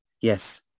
Yes